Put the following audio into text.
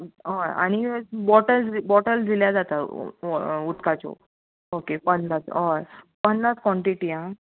हय आनी bottles bottle दिल्यार जाता उदकाच्यो ओके पन्नास हय पन्नास कॉन्टिटी